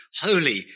holy